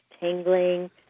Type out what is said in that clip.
tingling